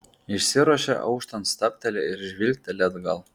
išsiruošia auštant stabteli ir žvilgteli atgal